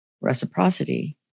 reciprocity